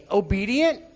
obedient